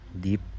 deep